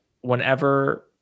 Whenever